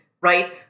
right